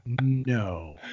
no